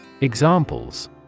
Examples